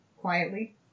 Quietly